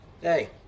Hey